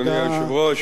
אדוני היושב-ראש,